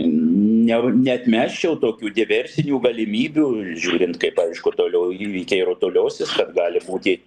nea neatmesčiau tokių diversijų galimybių žiūrint kaip aišku toliau įvykiai rutuliosis kad gali būti